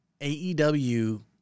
AEW